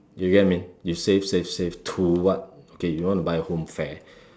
you get what I mean you save save save to what okay you want to buy home fair